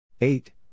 Eight